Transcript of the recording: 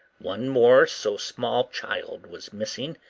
one more so small child was missing,